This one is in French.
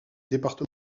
département